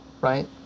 right